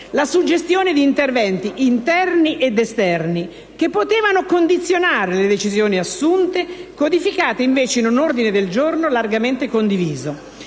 la suggestione di interventi interni ed esterni che potevano condizionare le decisioni assunte, codificate invece in un ordine del giorno largamente condiviso,